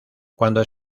cuando